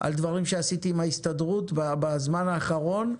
על דברים שעשיתי עם ההסתדרות בזמן האחרון,